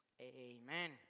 amen